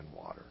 water